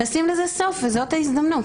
לשים לזה סוף וזאת ההזדמנות.